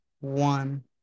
one